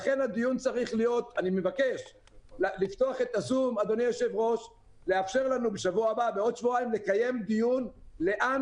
לכן אני מבקש לפתוח את הזום ולאפשר לנו לקיים דיון בעוד